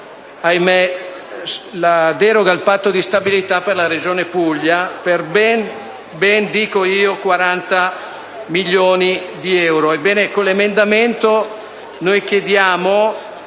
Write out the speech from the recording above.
ahimé, la deroga al Patto di stabilità alla Regione Puglia per ben 40 milioni di euro.